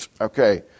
okay